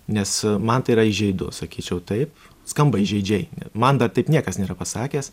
nes man tai yra įžeidu sakyčiau taip skamba įžeidžiai man dar taip niekas nėra pasakęs